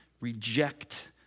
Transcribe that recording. reject